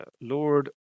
Lord